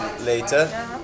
later